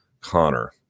Connor